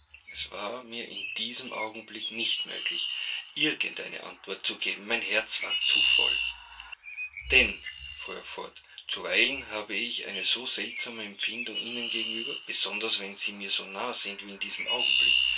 es war mir in diesem augenblick nicht möglich irgend eine antwort zu geben mein herz war zu voll denn fuhr er fort zuweilen habe ich eine so seltsame empfindung ihnen gegenüber besonders wenn sie mir so nahe sind wie in diesem augenblick